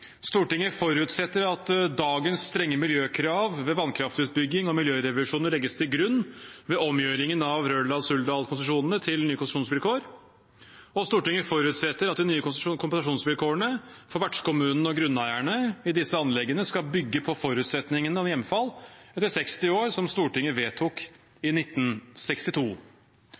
forutsetter at dagens strenge miljøkrav ved vannkraftutbygging og miljørevisjoner blir lagt til grunn ved omgjøringen av Røldal-Suldal-konsesjonene til nye konsesjonsvilkår.» «Stortinget forutsetter at de nye kompensasjonsvilkårene for vertskommunene og grunneierne i disse anleggene skal bygge på forutsetningen om hjemfall etter 60 år som Stortinget vedtok i 1962.»